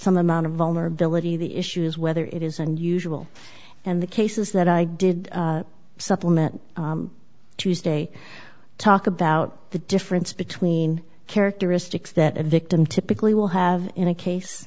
some amount of vulnerability the issue is whether it is unusual and the cases that i did supplement tuesday talk about the difference between characteristics that a victim typically will have in a